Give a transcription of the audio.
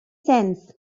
sense